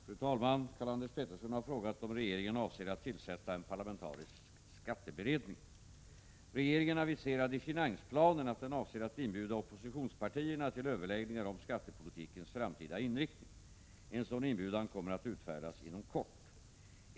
Fru talman! Karl-Anders Petersson har frågat mig om regeringen avser att tillsätta en parlamentarisk skatteberedning. Regeringen aviserade i finansplanen att den avser att inbjuda oppositionspartierna till överläggningar om skattepolitikens framtida inriktning. En sådan inbjudan kommer att utfärdas inom kort.